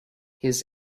his